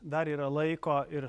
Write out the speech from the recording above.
dar yra laiko ir